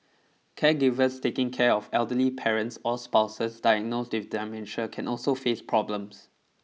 caregivers taking care of elderly parents or spouses diagnosed with can also face problems